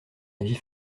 avis